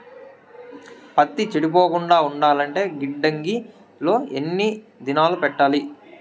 పత్తి చెడిపోకుండా ఉండాలంటే గిడ్డంగి లో ఎన్ని దినాలు పెట్టాలి?